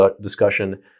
discussion